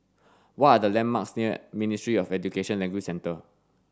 what are the landmarks near Ministry of Education Language Centre